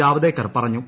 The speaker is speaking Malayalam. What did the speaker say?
ജാവ്ദേക്കർ പറഞ്ഞു